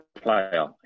player